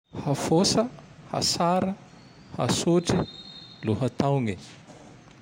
Hafôsa, hasara, hasotry, lohataogne.